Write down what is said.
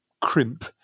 crimp